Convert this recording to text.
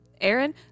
Aaron